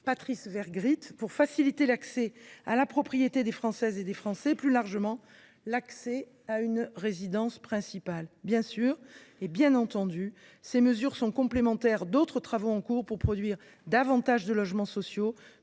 Patrice Vergriete, pour faciliter l’accès à la propriété des Françaises et les Français et, plus largement, l’accès à une résidence principale. Bien entendu, ces mesures sont complémentaires d’autres travaux en cours pour produire davantage de logements sociaux